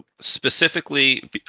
specifically